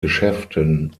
geschäften